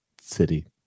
city